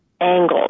angles